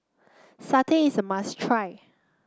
satay is a must try